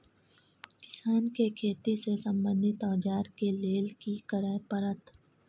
किसान के खेती से संबंधित औजार के लेल की करय परत?